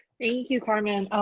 thank you, carmen.